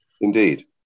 Indeed